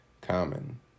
common